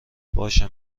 باشه